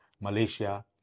Malaysia